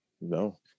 No